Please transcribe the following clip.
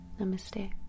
Namaste